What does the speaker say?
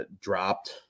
dropped